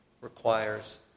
requires